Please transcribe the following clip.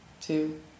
two